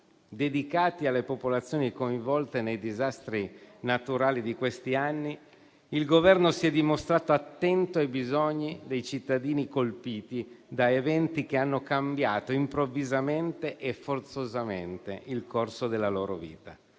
dedicati alle popolazioni coinvolte nei disastri naturali di questi anni, il Governo si è dimostrato attento ai bisogni dei cittadini colpiti da eventi che hanno cambiato improvvisamente e forzosamente il corso della loro vita.